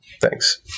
thanks